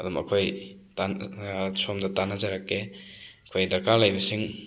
ꯑꯗꯨꯝ ꯑꯩꯈꯣꯏ ꯁꯣꯝꯗ ꯇꯥꯟꯅꯖꯔꯛꯀꯦ ꯑꯩꯈꯣꯏ ꯗꯔꯀꯥꯔ ꯂꯩꯕꯁꯤꯡ